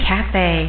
Cafe